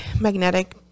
magnetic